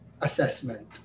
assessment